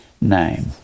name